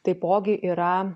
taipogi yra